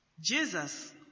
Jesus